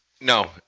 No